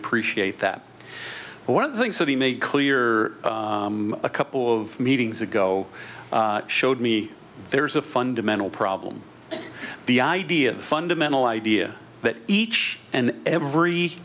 appreciate that one of the things that he made clear a couple of meetings ago showed me there's a fundamental problem the idea of fundamental idea that each and every